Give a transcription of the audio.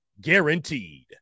Guaranteed